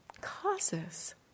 causes